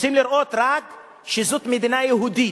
רוצים לראות רק שזאת מדינה יהודית,